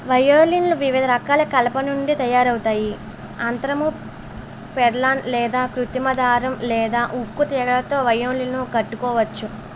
వయోలిన్లు వివిధ రకాల కలప నుండి తయారవుతాయి అంత్రము పెర్లాన్ లేదా కృత్రిమ దారం లేదా ఉక్కు తీగలతో వయోలిన్లు కట్టుకోవచ్చు